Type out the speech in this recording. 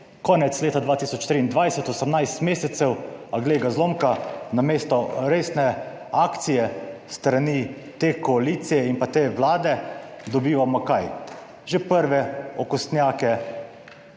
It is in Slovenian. konec leta 2023, 18 mesecev, a glej ga zlomka, namesto resne akcije s strani te koalicije in te vlade dobivamo, kaj? Že prve okostnjake,